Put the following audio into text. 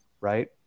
right